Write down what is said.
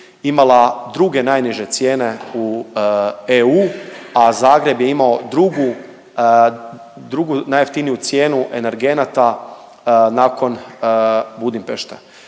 imala druge najniže cijene u EU, a Zagreb je imao drugu, drugu najjeftiniju cijenu energenata nakon Budimpešte.